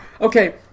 Okay